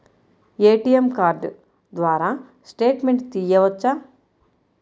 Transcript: ATM card ద్వారా statement తీయవచ్చా?